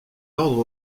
ordres